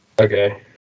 okay